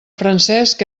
francesc